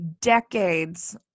Decades